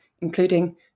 including